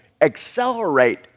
accelerate